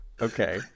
Okay